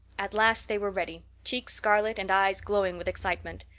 at last they were ready, cheeks scarlet and eyes glowing with excitement.